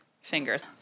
Fingers